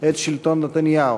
את שלטון נתניהו.